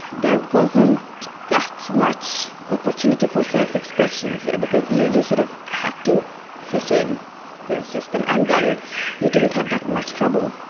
there wasn't that much opportunity for self-expression because you you sort of had to fit in the system and then you didn't have that much trouble.